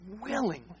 willingly